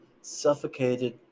suffocated